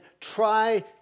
try